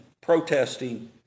protesting